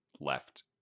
left